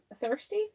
thirsty